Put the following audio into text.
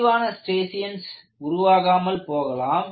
தெளிவான ஸ்ட்ரியேஷன்ஸ் உருவாகாமல் போகலாம்